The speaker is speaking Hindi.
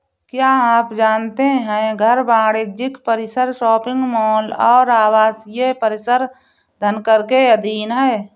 क्या आप जानते है घर, वाणिज्यिक परिसर, शॉपिंग मॉल और आवासीय परिसर धनकर के अधीन हैं?